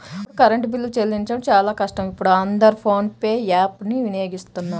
ఒకప్పుడు కరెంటు బిల్లులు చెల్లించడం చాలా కష్టం ఇప్పుడు అందరూ ఫోన్ పే యాప్ ను వినియోగిస్తున్నారు